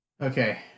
Okay